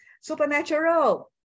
Supernatural